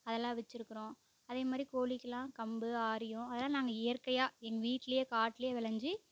அதெல்லாம் வெச்சுருக்கறோம் அதே மாதிரி கோழிக்கெலாம் கம்பு ஆரியம் அதெல்லாம் நாங்கள் இயற்கையாக எங்கள் வீட்லேயே காட்டிலே விளைஞ்சு